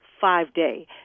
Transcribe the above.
five-day